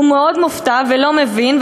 הוא מאוד מופתע ולא מבין,